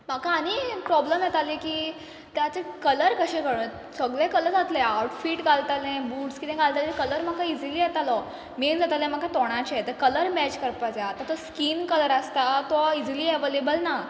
म्हाका आनी प्रॉब्लम येताली की ताचे कलर कशें सगले कलर्ज जातले आवटफीट घालतलें बुट्स कितें घातला ते कलर म्हाका इजिली येतालो मेन जातालें म्हाका तोंडाचें आतां कलर मॅच करपा जाय आतां तो स्कीन कलर आसता तो इजिली अवेलेबल ना